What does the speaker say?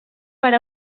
per